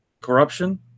corruption